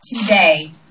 today